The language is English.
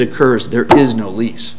occurs there is no lease